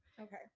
Okay